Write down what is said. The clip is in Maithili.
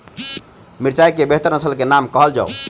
मिर्चाई केँ बेहतर नस्ल केँ नाम कहल जाउ?